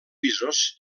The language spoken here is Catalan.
pisos